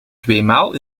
tweemaal